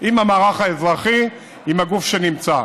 עם המערך האזרחי, עם הגוף שנמצא.